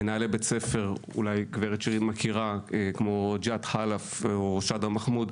מנהלי בית ספר כמו ג׳יהאד חלף או ג׳אדה מחמוד,